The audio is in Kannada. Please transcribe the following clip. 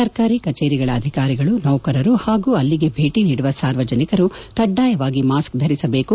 ಸರ್ಕಾರಿ ಕಚೇರಿಗಳ ಅಧಿಕಾರಿಗಳು ನೌಕರರು ಹಾಗೂ ಅಲ್ಲಿಗೆ ಭೇಟಿ ನೀಡುವ ಸಾರ್ವಜನಿಕರು ಕಡ್ಡಾಯವಾಗಿ ಮಾಸ್ಕ್ ಧರಿಸಬೇಕು